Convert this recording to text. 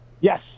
Yes